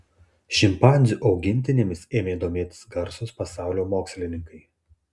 šimpanzių augintinėmis ėmė domėtis garsūs pasaulio mokslininkai